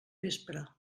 vespre